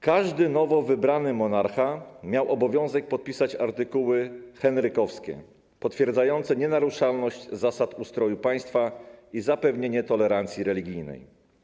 Każdy nowo wybrany monarcha miał obowiązek podpisać artykuły henrykowskie potwierdzające nienaruszalność zasad ustroju państwa i zapewnienie tolerancji religijnej.